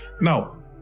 Now